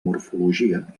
morfologia